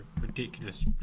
ridiculous